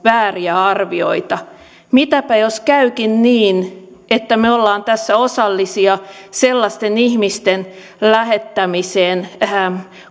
vääriä arvioita mitäpä jos käykin niin että me olemme tässä osallisia ihmisten lähettämiseen